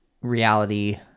reality